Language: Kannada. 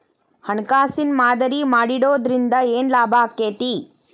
ಹಣ್ಕಾಸಿನ್ ಮಾದರಿ ಮಾಡಿಡೊದ್ರಿಂದಾ ಏನ್ ಲಾಭಾಕ್ಕೇತಿ?